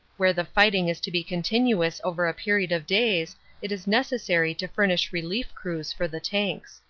where the fighting is to be continuous over a period of days it is necessary to furnish relief crews for the tanks.